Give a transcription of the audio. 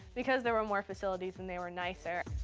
because there were more facilities, and they were nicer.